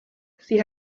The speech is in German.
sie